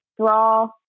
draw